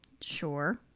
sure